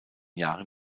jahren